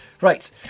Right